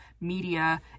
media